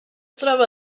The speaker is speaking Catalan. troba